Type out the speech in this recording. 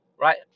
right